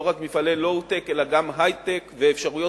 לא רק מפעלי low-tech אלא גם היי-טק ואפשרויות